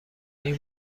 این